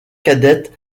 cadette